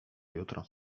jutro